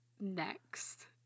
next